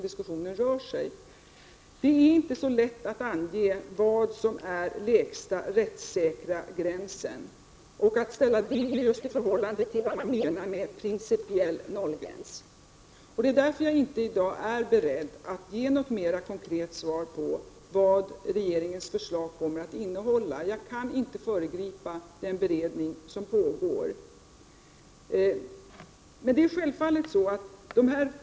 Det är inte så lätt att ange vad som är lägsta rättssäkra gräns och att ställa det i förhållande till vad man menar med principiell nollgräns. Det är därför jag i dag inte är beredd att ge något mer konkret svar på vad regeringens förslag kommer att innehålla. Jag kan inte föregripa pågående beredning.